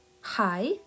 Hi